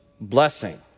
blessing